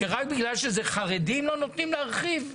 שרק בגלל שזה חרדים לא נותנים להרחיב?